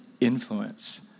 influence